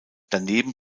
daneben